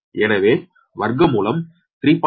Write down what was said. எனவே வர்க்கமூலம் 3